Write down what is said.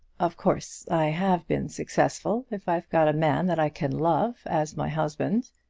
of course i have been successful if i've got a man that i can love as my husband.